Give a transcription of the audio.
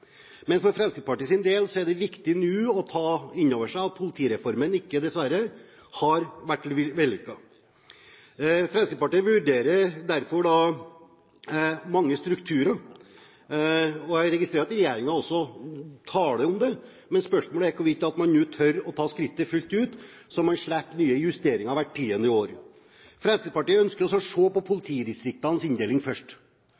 men for Fremskrittspartiets del er det viktig nå å ta inn over seg at politireformen dessverre ikke har vært vellykket. Fremskrittspartiet vurderer derfor mange strukturer. Jeg registrerer at regjeringen også taler om det, men spørsmålet er hvorvidt man nå tør å ta skrittet fullt ut, slik at man slipper nye justeringer hvert tiende år. Fremskrittspartiet ønsker å se på politidistriktenes inndeling først.